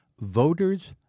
voters